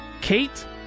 kate